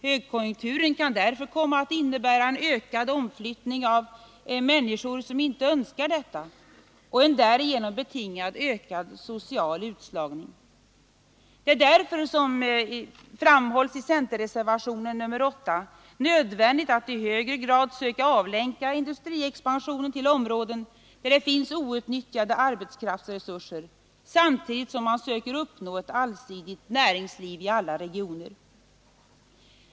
Högkonjunkturen kan därför komma att innebära en ökad omflyttning av människor som inte önskar detta och en därav betingad ökad social utslagning. Det är därför, som framhålls i centerreservationen, nr 8 A vid finansutskottets betänkande nr 25, nödvändigt att i högre grad söka avlänka industriexpansionen till områden där det finns outnyttjade arbetskraftsresurser samtidigt som man söker uppnå ett allsidigt näringsliv i alla regioner.